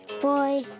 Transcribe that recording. Boy